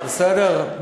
בסדר?